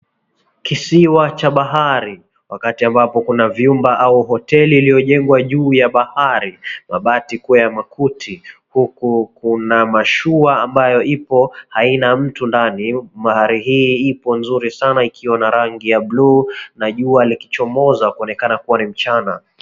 Kisiwa cha bahari, wakati ambapo kuna vyumba au hoteli iliyo jengwa juu ya bahari. Mabati kuwa ya makuti huku kuna mashua ambayo ipo haina mtu ndani. Mahari ipo nzuri sana ikiwa na rangi ya blue na jua likichomoza kuonekana kuwa ni mchana.